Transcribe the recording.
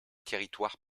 territoires